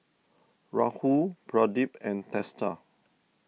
Rahul Pradip and Teesta